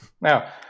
now